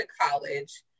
college